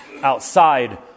outside